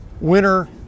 winner